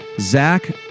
Zach